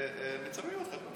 מצלמים אותך כל הזמן.